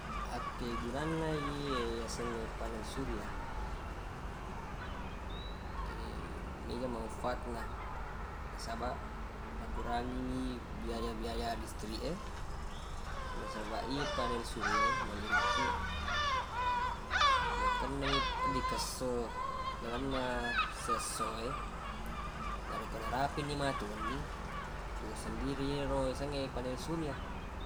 Akkegunanna ye yasengnge panel surya mega manfaat na nasabaq nakurangiwi biaya-biaya listrik e nasabaq ye panel surya menurukku nakenna mi padikesso lalenna siesso e narekko narapi ni matu wenni tuwo sendiri yero yaseng e panel surya.